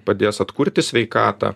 padės atkurti sveikatą